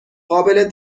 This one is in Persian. قابل